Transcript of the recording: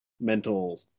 mental